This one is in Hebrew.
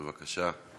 בבקשה.